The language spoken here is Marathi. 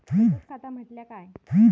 बचत खाता म्हटल्या काय?